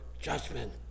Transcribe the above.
judgment